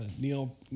Neil